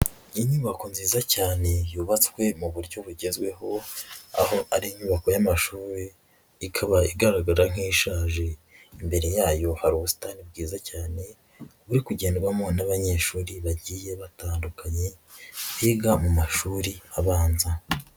Inyubako nziza cyane yubatswe mu buryo bugezweho, aho ari inyubako y'amashuri ikaba igaragara nk'ishaje, imbere yayo hari ubusitani bwiza cyane buri kugendwamo n'abanyeshuri bagiye batandukanye biga mu mashuri abanza.